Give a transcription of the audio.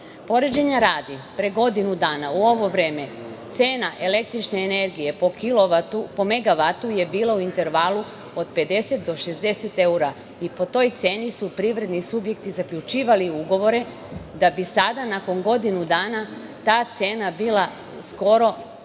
udelu. Poređenja radi, pre godinu dana u ovo vreme cena električne energije po megavatu je bila u intervalu od 50 do 60 evra i po toj ceni su privredni subjekti zaključivali ugovore, da bi sada, nakon godinu dana, ta cena bila skoro duplo veća.